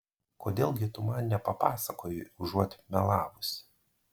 kodėl gi tu man nepapasakoji užuot melavusi